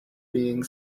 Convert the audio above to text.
being